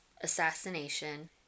Assassination